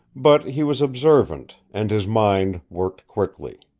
but he was observant, and his mind worked quickly.